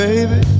Baby